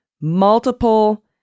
multiple